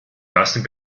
lassen